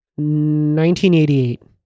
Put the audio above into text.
1988